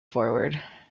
forward